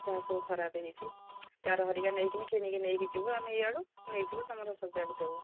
ଯାହା ସବୁ ଖରାପ ହୋଇଛି ତାର ଧରିକା ନେଇକି କିଣିକି ନେଇକି ଯିବୁ ଆମେ ଇଆଡ଼ୁ ନେଇଯିବୁ ତୁମର ସଜାଡ଼ି ଦେବୁ